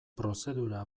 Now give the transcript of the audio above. prozedura